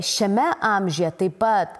šiame amžiuje taip pat